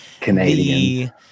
Canadian